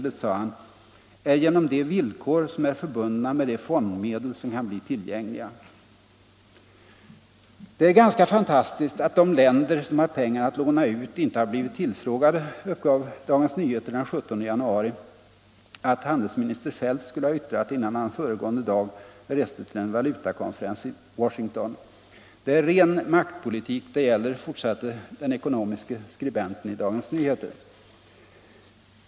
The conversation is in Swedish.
Om USA:s hållning genom de villkor som är förbundna med de fondmedel som kan bli till — till de oljeproducegängliga.” rande arabstaterna, ”Det är ganska fantastiskt att de länder som har pengar att låna ut — m.m. inte har blivit tillfrågade”, uppgav Dagens Nyheter den 17 januari att handelsminister Feldt skulle ha yttrat innan han föregående dag reste till en valutakonferens i Washington. ”Det är ren maktpolitik det gäller”, fortsatte den ekonomiska skribenten i Dagens Nyheter.